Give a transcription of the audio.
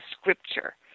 scripture